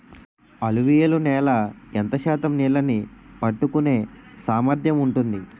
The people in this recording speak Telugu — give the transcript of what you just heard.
అలువియలు నేల ఎంత శాతం నీళ్ళని పట్టుకొనే సామర్థ్యం ఉంటుంది?